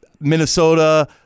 Minnesota